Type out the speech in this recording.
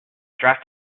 dressed